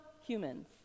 humans